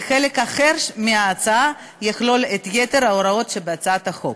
וחלק אחר יכלול את יתר ההוראות שבהצעת החוק.